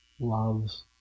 loves